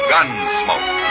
Gunsmoke